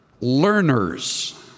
learners